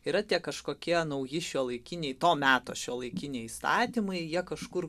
yra tie kažkokie nauji šiuolaikiniai to meto šiuolaikiniai įstatymai jie kažkur